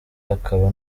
akaba